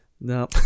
No